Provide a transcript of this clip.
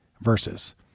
verses